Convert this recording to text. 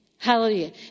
Hallelujah